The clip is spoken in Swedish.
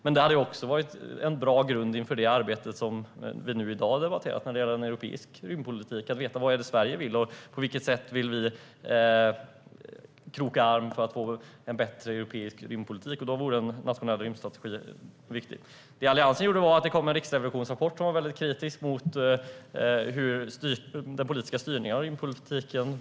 Men det hade också varit en bra grund inför det arbete med en europeisk rymdpolitik som vi i dag debatterat att veta vad det är Sverige vill och på vilket sätt vi vill kroka arm för att få en bättre europeisk rymdpolitik. Då vore en nationell rymdstrategi viktig. Under Alliansens tid kom det en riksrevisionsrapport som var väldigt kritisk mot styrningen av rymdpolitiken.